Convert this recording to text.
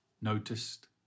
noticed